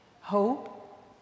hope